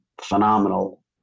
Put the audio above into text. phenomenal